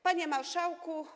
Panie Marszałku!